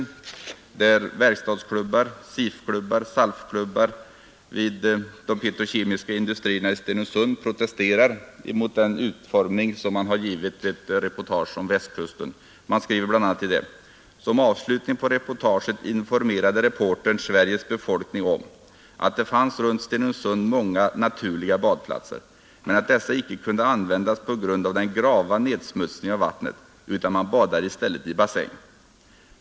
I denna protesterar verkstadsklubbar, SIF-klubbar och SALF-klubbar vid de petrokemiska industrierna i Stenungsund mot den utformning som man har givit ett reportage från Västkusten Det heter i skrivelsen bl.a.: ”Som avslutning på reportaget informerade reportern Sveriges befolkning om, att det fanns runt Stenungsund mänga naturliga badplatser, men att dessa icke kunde användas på grund av den grava nedsmutsningen av vattnet, utan att man badar i stället i bassäng.